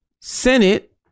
Senate